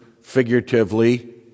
figuratively